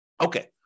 Okay